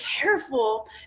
careful